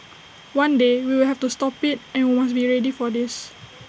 one day we will have to stop IT and we must be ready for this